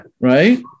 right